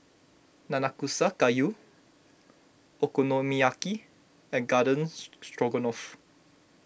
Nanakusa Gayu Okonomiyaki and Garden Stroganoff